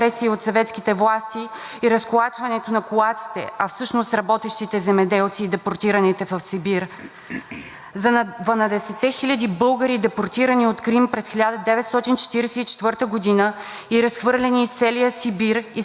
хиляди българи, депортирани от Крим през 1944 г. и разхвърлени из целия Сибир и Средна Азия? Да преразказваме ли спомените на нашите дядовци, изпращани на заточение за три царевични мамула?